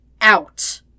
out